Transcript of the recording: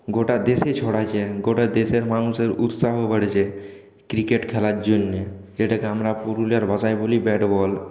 গোটা দেশে ছড়িয়েছে গোটা দেশের মানুষের উৎসাহ বেড়েছে ক্রিকেট খেলার জন্য যেটাকে আমরা পুরুলিয়ার ভাষায় বলি ব্যাটবল